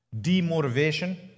demotivation